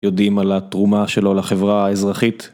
יודעים על התרומה שלו לחברה האזרחית.